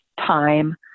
time